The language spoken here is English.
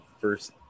first